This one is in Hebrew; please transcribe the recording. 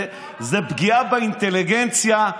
זו פגיעה באינטליגנציה,